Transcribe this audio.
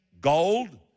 gold